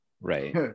right